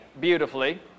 beautifully